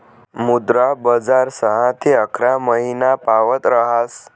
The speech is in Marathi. मुद्रा बजार सहा ते अकरा महिनापावत ऱहास